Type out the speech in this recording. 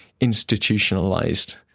institutionalized